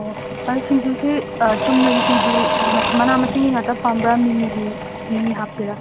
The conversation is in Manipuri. ꯑꯣ ꯑꯣ ꯑꯗ ꯁꯤꯡꯖꯨꯁꯤ ꯆꯨꯝꯅꯒꯤ ꯁꯤꯡꯖꯨ ꯃꯅꯥ ꯃꯁꯤꯡꯒꯤ ꯉꯥꯛꯇ ꯄꯥꯝꯕ꯭ꯔꯥ ꯃꯤꯃꯤꯒꯤ ꯃꯤꯃꯤ ꯍꯥꯞꯁꯤꯔꯥ